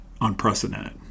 unprecedented